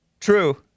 True